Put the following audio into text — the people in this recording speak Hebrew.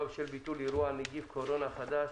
בשל ביטול אירוע (נגיף הקורונה החדש),